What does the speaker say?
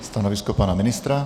Stanovisko pana ministra?